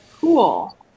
Cool